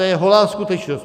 To je holá skutečnost.